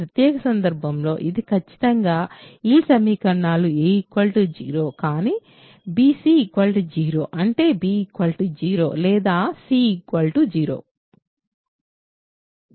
ప్రత్యేక సందర్భంలో ఇది ఖచ్చితంగా ఈ సమీకరణాలు a 0 కానీ bc 0 అంటే b 0 లేదా c 0